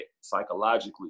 psychologically